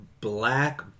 black